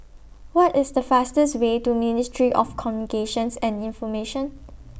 What IS The fastest Way to Ministry of Communications and Information